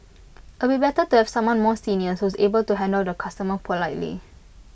it'll be better to have someone more senior who's able to handle the customer politely